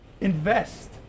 invest